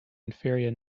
inferior